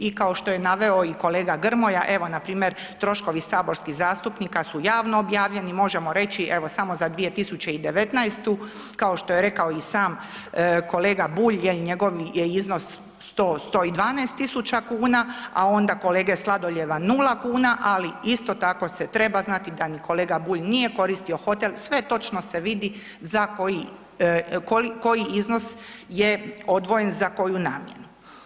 I kao što je naveo i kolega Grmoja, evo npr. troškovi saborskih zastupnika su javno objavljeni, možemo reći evo samo za 2019., kao što je rekao i sam kolega Bulj je iznos 112 000 kn, a onda kolege Sladoljeva 0 kn ali isto treba tako se treba znati da ni kolega Bulj nije koristio hotel, sve točno se vidi za koji iznos je odvojen za koju namjenu.